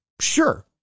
Sure